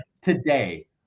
today